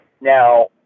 Now